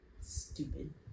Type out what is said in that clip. Stupid